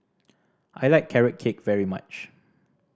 I like Carrot Cake very much